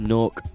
Nork